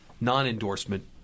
non-endorsement